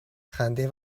خنده